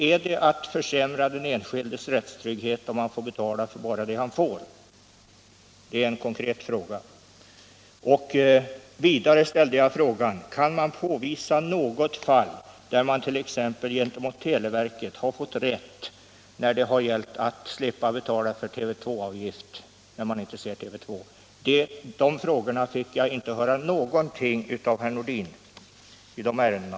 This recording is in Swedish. Är det att försämra den enskildes rättstrygghet, om han slipper betala för annat än det han får? Det är en konkret fråga. Vidare ställde jag frågan: Går det att påvisa något fall där en enskild har fått rätt gentemot televerket då det gällt att slippa betala full TV-avgift när man inte ser TV2? Jag fick inte höra någonting av herr Nordin på de punkterna.